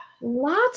Lots